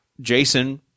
Jason